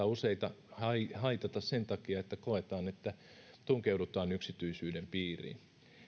useita haitata sen takia että koetaan että tunkeudutaan yksityisyyden piiriin